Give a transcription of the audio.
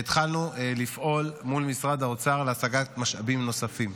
והתחלנו לפעול מול משרד האוצר להשגת משאבים נוספים.